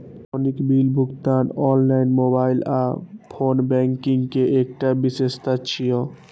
electronic bill भुगतान online, mobile आ phone banking के एकटा विशेषता छियै